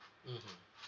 mmhmm